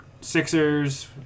Sixers